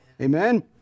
Amen